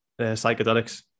psychedelics